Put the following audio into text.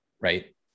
right